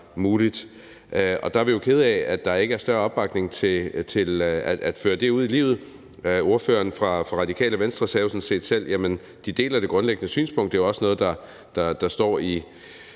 muligt. Og der er vi jo kede af, at der ikke er større opbakning til at føre det ud i livet. Ordføreren fra Radikale Venstre sagde jo sådan set selv, at de deler det grundlæggende synspunkt. Det er jo også noget, der står i